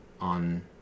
on